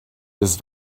this